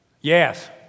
Yes